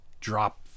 drop